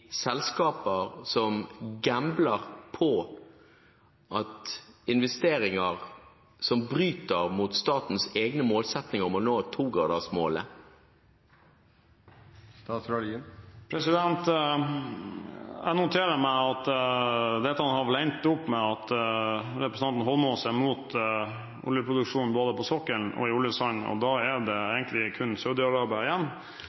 selskaper som gambler med investeringer som bryter med statens egne målsettinger om å nå togradersmålet? Jeg noterer meg at dette har endt opp med at representanten Holmås er mot oljeproduksjon både på sokkelen og i oljesand. Da er det egentlig kun Saudi-Arabia igjen.